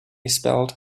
spelt